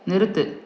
நிறுத்து